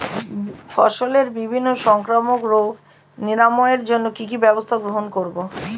ফসলের বিভিন্ন সংক্রামক রোগ নিরাময়ের জন্য কি কি ব্যবস্থা গ্রহণ করব?